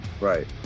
right